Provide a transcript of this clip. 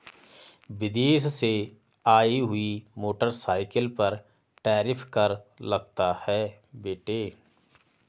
विदेश से आई हुई मोटरसाइकिल पर टैरिफ कर लगता है बेटे